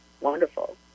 wonderful